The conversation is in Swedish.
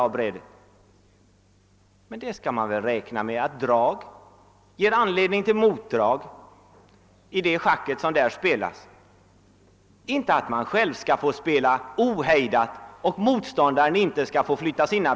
Och i schackspel måste man alltid räkna med att ett drag ger anledning till motdrag. Man kan inte förutsätta att själv få flytta sina pjäser, men att motståndaren inte får flytta sina.